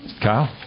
Kyle